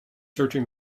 searching